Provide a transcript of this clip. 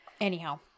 anyhow